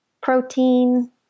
protein